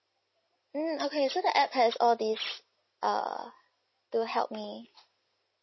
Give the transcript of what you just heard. mm okay so the app has all this err to help me